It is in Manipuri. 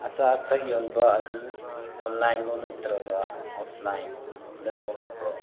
ꯑꯆꯥ ꯑꯊꯛ ꯌꯣꯟꯕ ꯑꯗꯨ ꯑꯣꯟꯂꯥꯏꯟꯂꯣ ꯅꯠꯇ꯭ꯔꯒ ꯑꯣꯐꯂꯥꯏꯟꯗ ꯇꯧꯅꯕ꯭ꯔꯣ